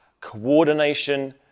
coordination